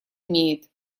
имеет